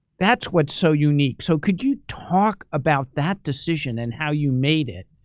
that's what's so unique. so could you talk about that decision and how you made it,